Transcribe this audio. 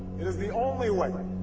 it is the only way,